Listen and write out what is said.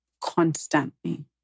constantly